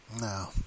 No